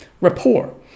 rapport